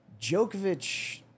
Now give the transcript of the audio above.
Djokovic